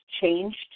changed